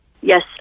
Yes